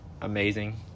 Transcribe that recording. amazing